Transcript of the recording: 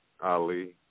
Ali